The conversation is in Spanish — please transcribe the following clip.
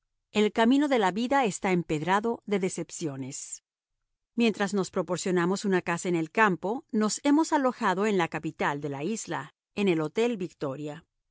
el camino de la vida está empedrado de decepciones mientras nos proporcionamos una casa en el campo nos hemos alojado en la capital de la isla en el hotel victoria